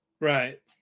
Right